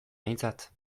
behintzat